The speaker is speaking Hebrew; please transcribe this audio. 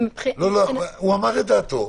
הוא אמר את דעתו.